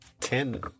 Ten